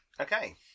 Okay